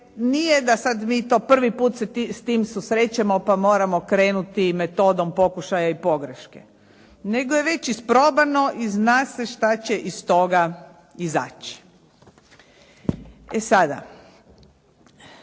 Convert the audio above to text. nije da sad mi to prvi put se s tim susrećemo pa moramo krenuti i metodom pokušaja i pogreške, nego je već isprobano i zna se šta će iz toga izaći. E sada